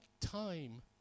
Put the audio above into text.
time